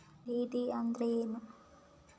DD ಅಂದ್ರೇನು?